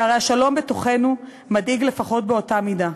שהרי השלום בתוכנו מדאיג לפחות באותה מידה.